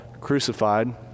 crucified